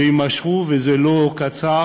ויימשכו, וזה לא קצר